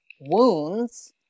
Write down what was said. wounds